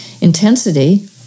intensity